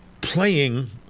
playing